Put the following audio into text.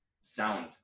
sound